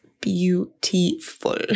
beautiful